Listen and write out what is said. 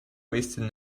wasted